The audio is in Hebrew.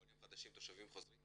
תושבים חוזרים,